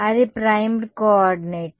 కాబట్టి అది primed coordinate